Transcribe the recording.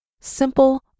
Simple